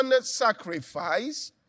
sacrifice